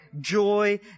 joy